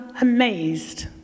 amazed